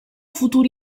futuri